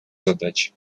задачи